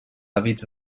hàbits